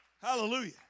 Hallelujah